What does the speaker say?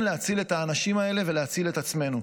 להציל את האנשים האלו ולהציל את עצמנו.